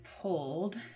pulled